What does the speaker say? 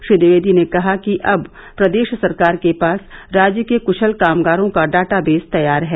श्री ट्विवेदी ने कहा कि अब प्रदेश सरकार के पास राज्य के कुशल कामगारों का डाटादेस तैयार है